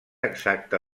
exacta